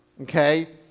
okay